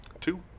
two